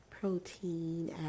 protein